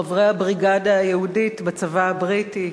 חברי הבריגדה היהודית בצבא הבריטי,